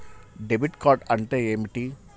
Debit card అంటే ఏమిటి?